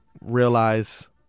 realize